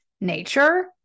nature